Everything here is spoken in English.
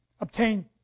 obtain